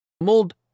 mold